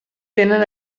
tenen